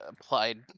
applied